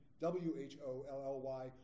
w-h-o-l-l-y